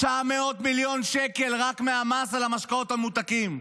900 מיליון שקל רק מהמס על המשקאות הממותקים,